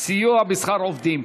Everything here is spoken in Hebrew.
(סיוע בשכר עובדים).